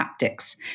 haptics